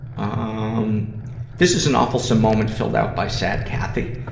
ah um this is an awfulsome moment filled out by sad cathy,